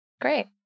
Great